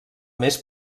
més